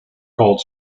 called